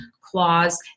clause